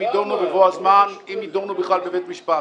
הם יידונו בבוא הזמן, אם יידונו בכלל בבית משפט.